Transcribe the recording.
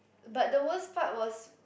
but the worst part was